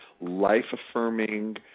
life-affirming